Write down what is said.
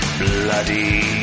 bloody